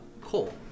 cool